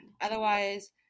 otherwise